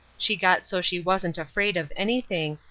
she got so she wasn't afraid of anything,